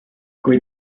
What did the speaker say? kui